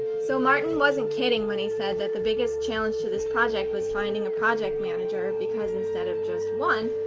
so martin wasn't kidding when he said that the biggest challenge to this project was finding a project manager, because instead of just one,